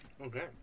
Okay